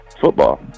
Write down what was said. football